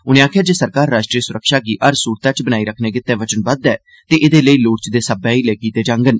उनें आक्खेया जे सरकार राष्ट्रीय स्रक्षा गी हर सूरतै च बनाई रक्खने गितै वचनबद्ध ऐ ते एदे लेई लोड़चदे सब्बै हीले कीते जागंन